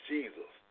Jesus